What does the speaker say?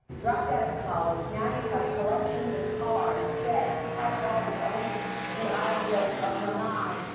dropped out of college. now you have collections of cars, jets, private homes, owning the island of of lenai.